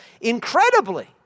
incredibly